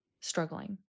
struggling